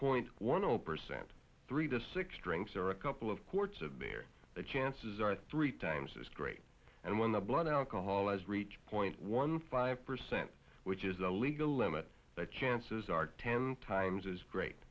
point one zero percent three to six drinks are a couple of quarts of beer the chances are three times as great and when the blood alcohol as reached point one five percent which is the legal limit the chances are ten times as great